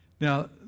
Now